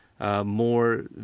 More